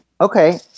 Okay